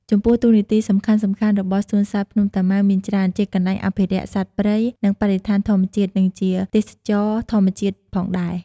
ចំពោះ តួនាទីសំខាន់ៗរបស់សួនសត្វភ្នំតាម៉ៅមានច្រើន ជាកន្លែងអភិរក្សសត្វព្រៃ និងបរិស្ថានធម្មជាតិ និងជាទេសចរណ៍ធម្មជាតិផងដែរ។